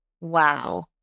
Wow